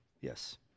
yes